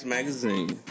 Magazine